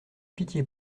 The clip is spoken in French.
pitié